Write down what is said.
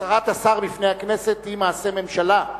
הצהרת השר בפני הכנסת היא מעשה ממשלה.